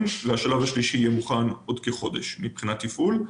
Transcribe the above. והשלב השלישי יהיה מוכן עוד כחודש מבחינת תפעול.